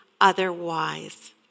otherwise